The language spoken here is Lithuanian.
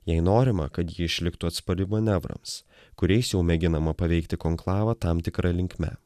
jei norima kad ji išliktų atspari manevrams kuriais jau mėginama paveikti konklavą tam tikra linkme